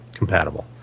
compatible